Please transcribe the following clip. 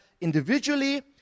individually